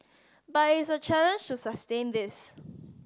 but it's a challenge to sustain this